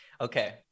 okay